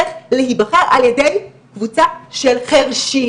צריך להיבחר על ידי קבוצה של חרשים,